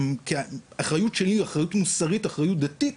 אחריות שלי, אחריות מוסרית, אחריות דתית,